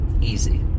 easy